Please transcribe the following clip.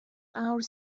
awr